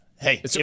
Hey